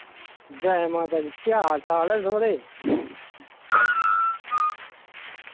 जै माता दी केह् हाल चाल ऐ थुआढ़े